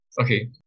Okay